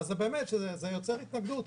ואז באמת, זה יוצר התנגדות.